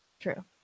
True